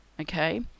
okay